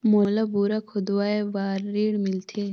मोला बोरा खोदवाय बार ऋण मिलथे?